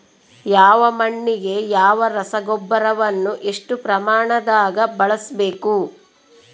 ಯಾವ ಮಣ್ಣಿಗೆ ಯಾವ ರಸಗೊಬ್ಬರವನ್ನು ಎಷ್ಟು ಪ್ರಮಾಣದಾಗ ಬಳಸ್ಬೇಕು?